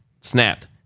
snapped